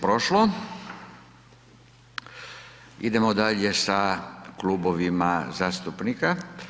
prošlo idemo dalje sa klubovima zastupnika.